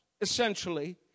essentially